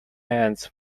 hands